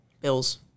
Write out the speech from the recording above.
Bills